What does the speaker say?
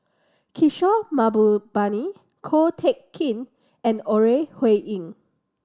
Kishore Mahbubani Ko Teck Kin and Ore Huiying